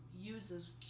uses